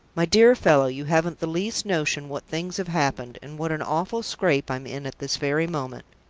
my dear fellow, you haven't the least notion what things have happened, and what an awful scrape i'm in at this very moment!